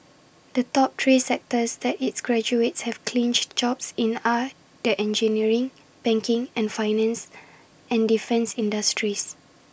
the top three sectors that its graduates have clinched jobs in are the engineering banking and finance and defence industries